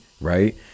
right